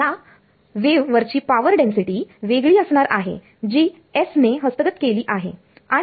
या वेव वरची power density वेगळी असणार आहे जी S ने हस्तगत केली आहे